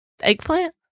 Eggplant